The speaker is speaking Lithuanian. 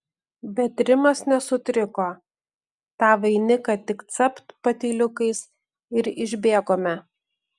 bet rimas nesutriko tą vainiką tik capt patyliukais ir išbėgome